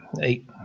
Eight